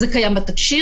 זה קיים בתקשי"ר,